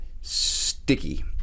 sticky